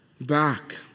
back